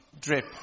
drip